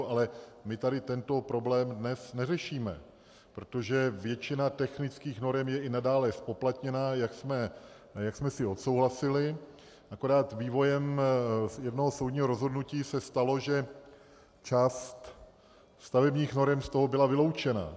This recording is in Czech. Ale my tady tento problém dnes neřešíme, protože většina technických norem je i nadále zpoplatněna, jak jsme si odsouhlasili, akorát vývojem jednoho soudního rozhodnutí se stalo, že část stavebních norem z toho byla vyloučena.